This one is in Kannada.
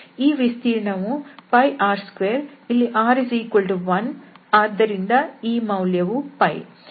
ಈ ವಿಸ್ತೀರ್ಣವು s r2 ಇಲ್ಲಿ r1 ಆದ್ದರಿಂದ ಈ ಮೌಲ್ಯವು